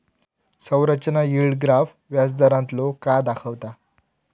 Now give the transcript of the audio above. संरचना yield graph व्याजदारांतलो काळ दाखवता